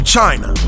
China